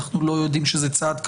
אנחנו לא יודעים שזה צעד קשה.